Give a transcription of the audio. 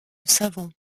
savons